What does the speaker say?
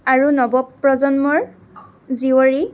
আৰু নৱপ্ৰজন্মৰ জীয়ৰী